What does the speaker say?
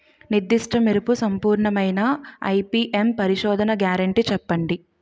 నిర్దిష్ట మెరుపు సంపూర్ణమైన ఐ.పీ.ఎం పరిశోధన గ్యారంటీ చెప్పండి?